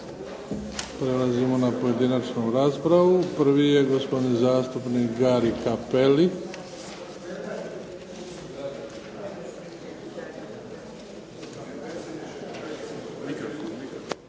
Idemo na pojedinačnu raspravu. Prvi je gospodin zastupnik Gari Cappelli.